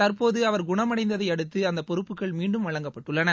தற்போது அவர் குணமடைந்ததை அடுத்து அந்த பொறுப்புகள் மீண்டும் வழங்கப்பட்டுள்ளன